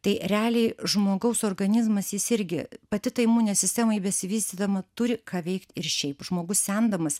tai realiai žmogaus organizmas jis irgi pati ta imuninė sistema ji besivystydama turi ką veikt ir šiaip žmogus sendamas